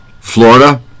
florida